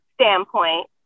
standpoint